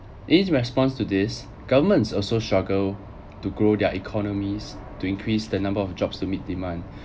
in response to this government also struggle to grow their economies to increase the number of jobs to meet demand